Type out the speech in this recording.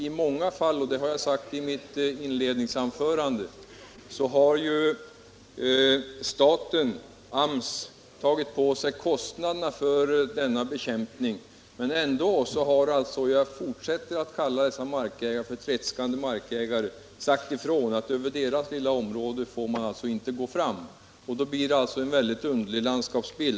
I många fall har AMS — det framhöll jag i mitt inledningsanförande — tagit på sig kostnaderna för denna bekämpning. Men ändå har dessa tredskande markägare — jag fortsätter att kalla dem så — sagt ifrån att man inte får gå fram över deras lilla markområde. Det uppstår därigenom en mycket underlig landskapsbild.